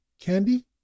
candy